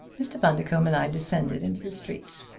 mr. bundercombe and i descended into the street.